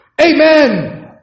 amen